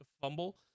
fumble